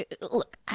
Look